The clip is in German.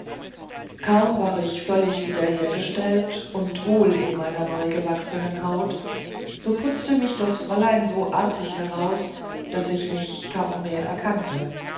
kaum war ich völlig wiederhergestellt und wohl in meiner neugewachsenen haut so putzte mich das fräulein so artig heraus daß ich mich kaum mehr kannte